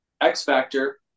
X-Factor